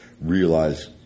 realize